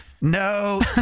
No